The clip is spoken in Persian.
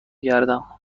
گردم